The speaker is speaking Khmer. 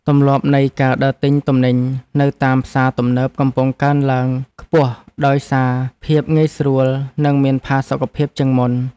ទម្លាប់នៃការដើរទិញទំនិញនៅតាមផ្សារទំនើបកំពុងកើនឡើងខ្ពស់ដោយសារភាពងាយស្រួល និងមានផាសុកភាពជាងមុន។